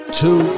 two